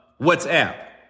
WhatsApp